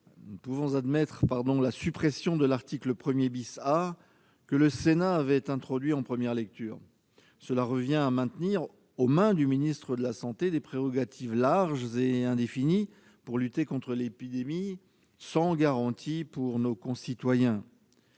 nous ne pouvons admettre la suppression de l'article 1 A, que le Sénat avait introduit en première lecture. Cela revient à maintenir entre les mains du ministre de la santé des prérogatives larges et indéfinies pour lutter contre l'épidémie, sans garanties pour nos concitoyens.